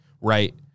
right